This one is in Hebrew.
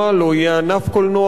לא יהיה ענף קולנוע,